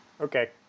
Okay